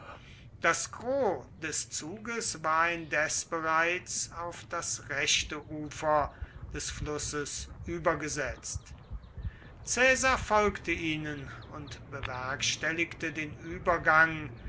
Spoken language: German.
das gros des zuges war indes bereits auf das rechte ufer des flusses übergesetzt caesar folgte ihnen und bewerkstelligte den übergang